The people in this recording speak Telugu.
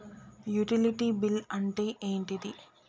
యుటిలిటీ బిల్ అంటే ఏంటిది?